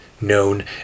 known